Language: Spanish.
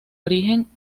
origen